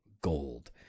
gold